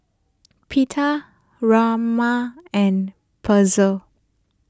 Pita Rajma and Pretzel